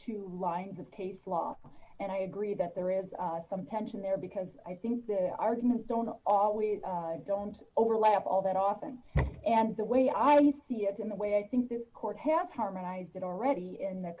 two lines of taste law and i agree that there is some tension there because i think there are arguments don't always don't overlap all that often and the way i see it in the way i think the court has harmonized it already in the